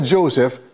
Joseph